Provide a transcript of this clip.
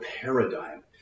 paradigm